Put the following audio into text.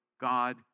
God